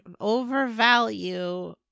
overvalue